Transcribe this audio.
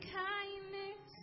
kindness